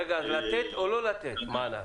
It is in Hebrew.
רגע, אז לתת או לא לתת מענק?